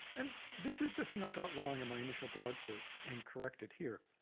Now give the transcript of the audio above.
and this is the thing i got wrong in my initial blog post and corrected here.